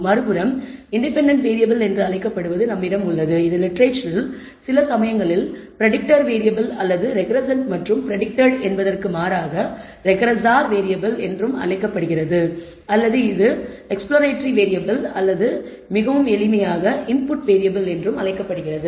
மறுபுறம் independent variable என்று அழைக்கப்படுவது நம்மிடம் உள்ளது இது லிட்டரேச்சரில் சில சமயங்களில் பிரடிக்டர் வேறியபிள் அல்லது ரெக்ரெஸ்ஸன்ட் மற்றும் பிரடிக்டட் என்பதற்கு மாறாக ரெக்ரெஸ்ஸார் வேறியபிள் என்றும் அறியப்படுகிறது அல்லது இது எக்ஸ்ப்ளோரேடரி வேறியபிள் அல்லது மிகவும் எளிமையாக இன்புட் வேறியபிள் என்றும் அழைக்கப்படுகிறது